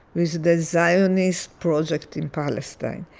with the zionist project in palestine.